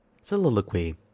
soliloquy